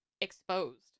exposed